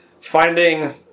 finding